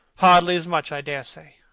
hardly as much, i dare say.